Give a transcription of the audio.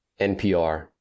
NPR